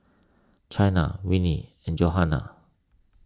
Chynna Winnie and Johannah